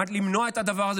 על מנת למנוע את הדבר הזה,